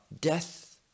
death